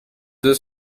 deux